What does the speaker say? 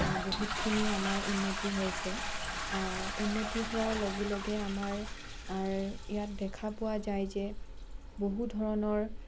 বহুতখিনি আমাৰ উন্নতি হৈছে উন্নতি হোৱাৰ লগে লগে আমাৰ ইয়াত দেখা পোৱা যায় যে বহু ধৰণৰ